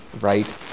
right